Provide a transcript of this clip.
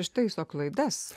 ištaiso klaidas